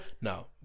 No